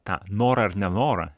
tą norą ar nenorą